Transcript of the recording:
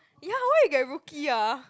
ya why you get rookie ah